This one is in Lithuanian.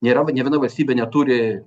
nėra nė viena valstybė neturi